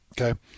Okay